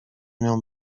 nią